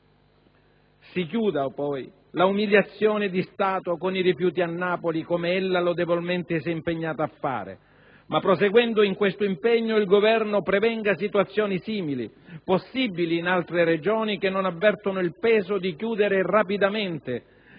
Si chiuda poi l'umiliazione di Stato con i rifiuti a Napoli, come ella lodevolmente si è impegnata a fare; tuttavia, proseguendo in questo impegno, il Governo prevenga situazioni simili, possibili in altre Regioni che non avvertono il peso di chiudere rapidamente,